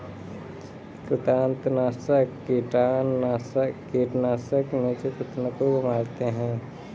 कृंतकनाशक कीटनाशक हैं जो कृन्तकों को मारते हैं